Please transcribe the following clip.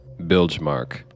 Bilgemark